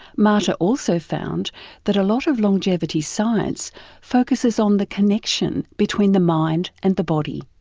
marta also found that a lot of longevity science focusses on the connection between the mind and the body.